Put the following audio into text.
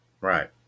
Right